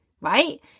Right